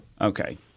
okay